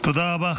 תודה רבה.